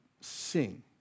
sing